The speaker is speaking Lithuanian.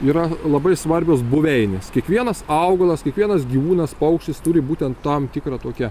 yra labai svarbios buveinės kiekvienas augalas kiekvienas gyvūnas paukštis turi būtent tam tikrą tokią